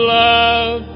love